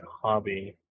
hobby